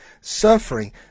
suffering